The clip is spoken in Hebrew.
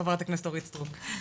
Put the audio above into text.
חברת הכנסת אורית סטרוק.